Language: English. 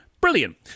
brilliant